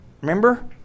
remember